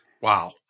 Wow